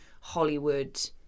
Hollywood